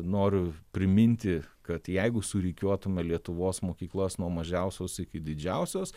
noriu priminti kad jeigu surikiuotume lietuvos mokyklas nuo mažiausios iki didžiausios